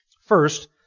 First